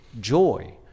joy